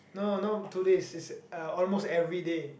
no no two days it's uh almost everyday